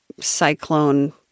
cyclone